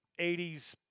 80s